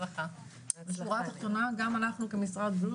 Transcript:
השורה התחתונה גם אנחנו כמשרד בריאות